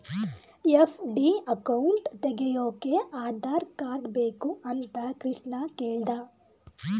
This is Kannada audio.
ಎಫ್.ಡಿ ಅಕೌಂಟ್ ತೆಗೆಯೋಕೆ ಆಧಾರ್ ಕಾರ್ಡ್ ಬೇಕು ಅಂತ ಕೃಷ್ಣ ಕೇಳ್ದ